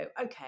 okay